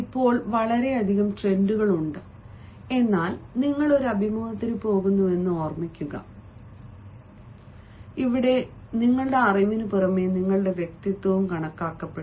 ഇപ്പോൾ വളരെയധികം ട്രെൻഡുകൾ ഉണ്ട് എന്നാൽ നിങ്ങൾ ഒരു അഭിമുഖത്തിന് പോകുന്നുവെന്ന് ഓർമ്മിക്കുക അവിടെ നിങ്ങളുടെ അറിവിനുപുറമെ നിങ്ങളുടെ വ്യക്തിത്വവും കണക്കാക്കപ്പെടും